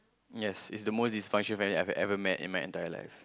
yes is the most dysfunctional family I have ever met in my entire life